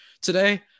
today